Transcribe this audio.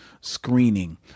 screening